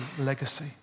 legacy